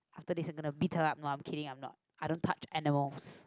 after this I'm gonna beat her up no I'm kidding I'm not I don't touch animals